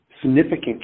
significant